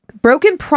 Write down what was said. Broken